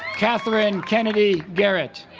catherine kennedy garrett